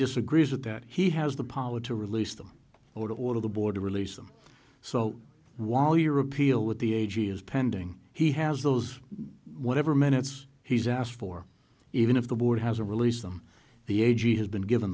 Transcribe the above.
disagrees with that he has the power to release them or to order the board release them so while your appeal with the a g is pending he has those whatever minutes he's asked for even if the board has a release them the a g has been given